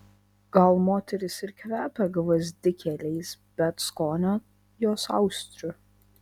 gal moterys ir kvepia gvazdikėliais bet skonio jos austrių